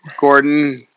Gordon